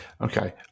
Okay